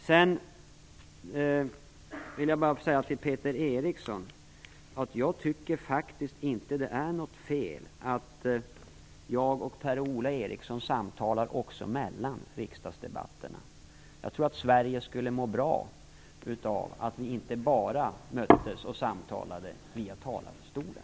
Sedan vill jag bara säga till Peter Eriksson att jag faktiskt inte tycker att det är något fel i att jag och Per-Ola Eriksson samtalar också mellan riksdagsdebatterna. Jag tror att Sverige skulle må bra av att vi inte bara möttes och samtalade via talarstolen.